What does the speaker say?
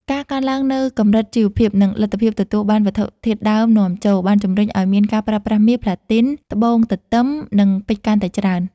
ការកើនឡើងនូវកម្រិតជីវភាព និងលទ្ធភាពទទួលបានវត្ថុធាតុដើមនាំចូល បានជំរុញឲ្យមានការប្រើប្រាស់មាស ផ្លាទីន ត្បូងទទឹម និងពេជ្រកាន់តែច្រើន។